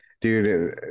Dude